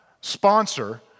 sponsor